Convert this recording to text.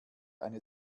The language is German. eine